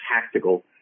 tactical